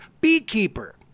beekeeper